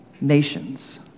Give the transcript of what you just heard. nations